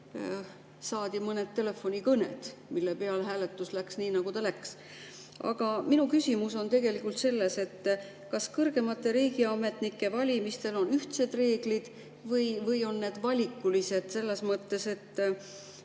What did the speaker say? saadi mõned telefonikõned, mille peale hääletus läks nii, nagu ta läks. Aga minu küsimus on tegelikult selle kohta, kas kõrgemate riigiametnike valimisel on ühtsed reeglid või on need valikulised. Selles mõttes, et